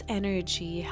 energy